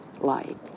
light